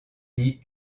dit